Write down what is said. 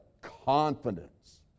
confidence